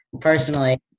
personally